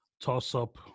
toss-up